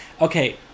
okay